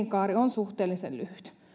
elinkaari on suhteellisen lyhyt